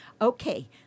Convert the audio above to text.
Okay